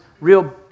real